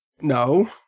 no